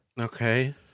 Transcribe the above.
Okay